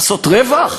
לעשות רווח?